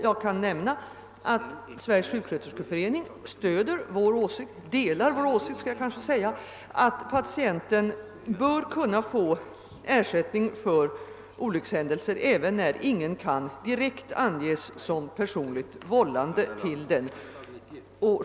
Jag kan nämna att Sverige sjuksköterskeförening delar vår åsikt att patienten bör kunna få ersättning för olyckshändelse även när ingen kan direkt anges som personligt vållande till den lidna skadan.